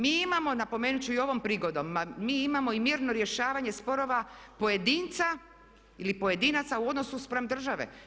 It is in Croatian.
Mi imamo, napomenut ću i ovom prigodom, mi imamo i mirno rješavanje sporova pojedinca ili pojedinaca u odnosu spram države.